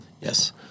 Yes